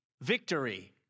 victory